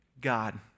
God